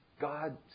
God